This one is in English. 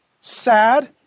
sad